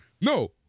no